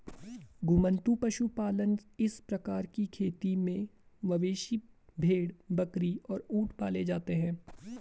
घुमंतू पशुपालन इस प्रकार की खेती में मवेशी, भेड़, बकरी और ऊंट पाले जाते है